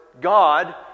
God